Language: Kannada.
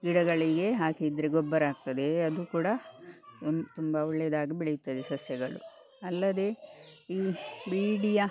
ಗಿಡಗಳಿಗೆ ಹಾಕಿದರೆ ಗೊಬ್ಬರ ಆಗ್ತದೆ ಅದು ಕೂಡ ಒಂದು ತುಂಬ ಒಳ್ಳೇದಾಗಿ ಬೆಳೆಯುತ್ತದೆ ಸಸ್ಯಗಳು ಅಲ್ಲದೆ ಈ ಬೀಡಿಯ